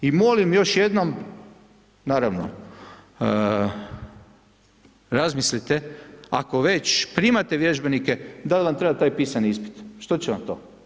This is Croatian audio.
I molim još jednom, naravno, razmislite, ako već primate vježbenike, dal vam treba taj pisani ispit, što će vam to?